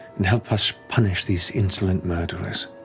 and help us punish these insolent murderers